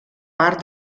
part